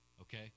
Okay